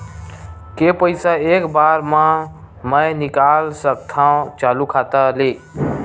के पईसा एक बार मा मैं निकाल सकथव चालू खाता ले?